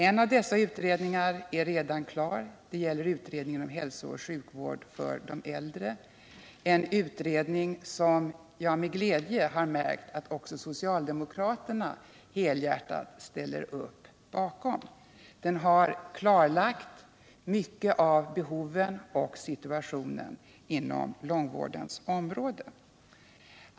En av dessa utredningar är redan klar — det är utredningen om hälsooch sjukvård för de äldre, en utredning som jag med glädje har märkt att också socialdemokraterna ställer upp helhjärtat bakom. Den har klarlagt mycket av behoven och situationen på långvårdens område.